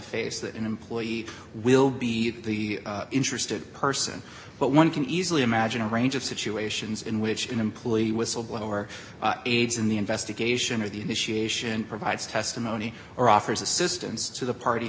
face that an employee will be interested person but one can easily imagine a range of situations in which an employee whistleblower aids in the investigation or the initiation provides testimony or offers assistance to the party